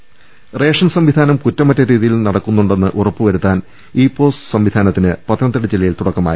ദർവ്വെടു ration സംവിധാനം കുറ്റമറ്റ രീതിയിൽ നടക്കുന്നുവെന്ന് ഉറപ്പുവരുത്താൻ ഇ പോസ് സംവിധാനത്തിന് പത്തനംതിട്ട ജില്ലയിൽ തുടക്കമായി